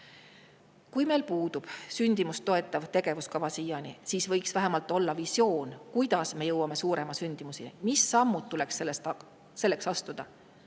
Kui meil puudub sündimust toetav tegevuskava, siis võiks vähemalt olla visioon, kuidas jõuda suurema sündimuseni, mis sammud tuleks selleks astuda.